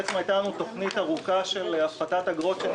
הייתה לנו תוכנית ארוכה של הפחתת אגרות,